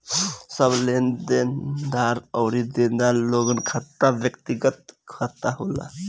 सब लेनदार अउरी देनदार लोगन के खाता व्यक्तिगत खाता होला